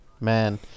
Man